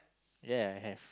ya I have